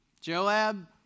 Joab